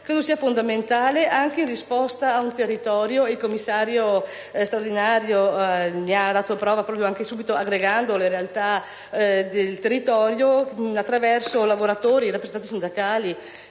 ciò sia fondamentale per dare risposta a un territorio. Il commissario straordinario ne ha dato prova subito, aggregando le realtà del territorio: lavoratori, rappresentanti sindacali,